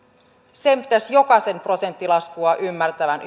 jokaisen prosenttilaskua ymmärtävän